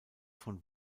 von